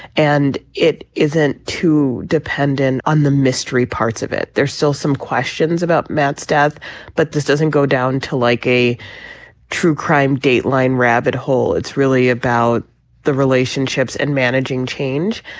and it isn't too dependent on the mystery parts of it. there's still some questions about matt's death but this doesn't go down to like a true crime dateline rabbit hole it's really about the relationships and managing change.